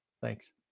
Thanks